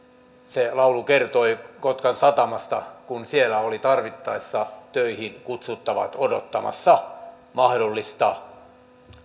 se laulu kertoi kotkan satamasta jossa olivat tarvittaessa töihin kutsuttavat odottamassa mahdollista